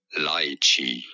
lychee